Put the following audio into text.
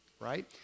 right